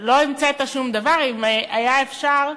לא המצאת שום דבר, אם היה אפשר,